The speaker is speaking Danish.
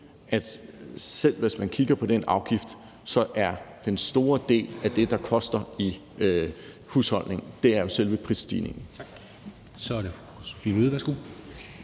at selv hvis man kigger på den afgift, er den store del af det, der koster i husholdningen, selve prisstigningen. Kl. 10:23 Formanden (Henrik Dam